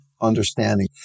understanding